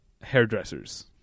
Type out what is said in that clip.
hairdressers